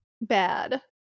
bad